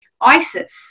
Isis